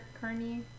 Carney